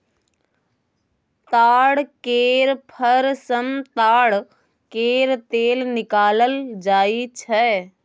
ताड़ केर फर सँ ताड़ केर तेल निकालल जाई छै